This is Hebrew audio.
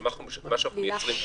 שמה שאנחנו מייצרים פה,